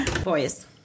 Boys